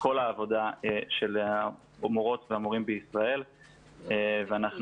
כל העבודה של המורות והמורים בישראל ואנחנו